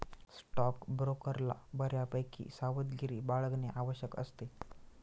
स्टॉकब्रोकरला बऱ्यापैकी सावधगिरी बाळगणे आवश्यक असते